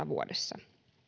vuodessa